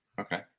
Okay